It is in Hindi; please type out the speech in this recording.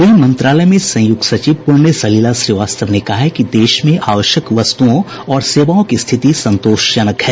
गृह मंत्रालय में संयुक्त सचिव पुण्य सलिला श्रीवास्तव ने कहा कि देश में आवश्यक वस्तुओं और सेवाओं की स्थिति संतोषजनक है